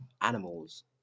animals